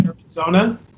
Arizona